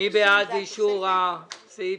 מי בעד אישור הסעיף?